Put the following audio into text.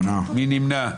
מי נמנע?